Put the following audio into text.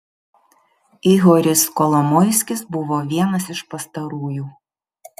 ihoris kolomoiskis buvo vienas iš pastarųjų